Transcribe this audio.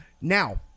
Now